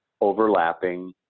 overlapping